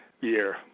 year